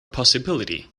possibility